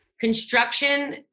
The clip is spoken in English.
construction